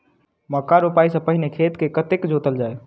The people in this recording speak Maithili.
मक्का रोपाइ सँ पहिने खेत केँ कतेक जोतल जाए?